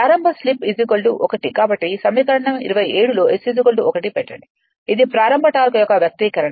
ప్రారంభ స్లిప్ ఒకటి కాబట్టి సమీకరణం 27 లోS 1 పెట్టండి ఇది ప్రారంభ టార్క్ యొక్క వ్యక్తీకరణ